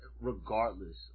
regardless